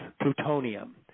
plutonium